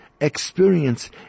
experience